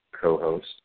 co-host